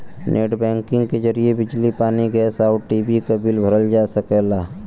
net banking के जरिए बिजली पानी गैस आउर टी.वी क बिल भरल जा सकला